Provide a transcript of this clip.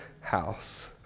house